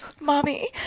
Mommy